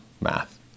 math